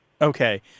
Okay